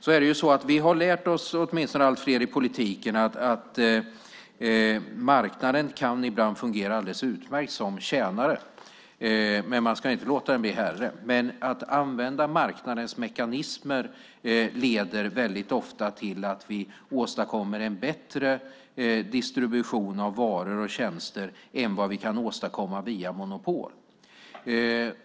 Det är ju så att vi har lärt oss, åtminstone allt fler i politiken, att marknaden ibland kan fungera alldeles utmärkt som tjänare, men man ska inte låta den bli herre. Att använda marknadens mekanismer leder väldigt ofta till att vi åstadkommer en bättre distribution av varor och tjänster än vad vi kan åstadkomma via monopol.